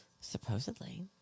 Supposedly